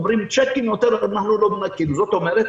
זאת אומרת,